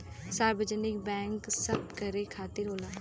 सार्वजनिक बैंक सबकरे खातिर होला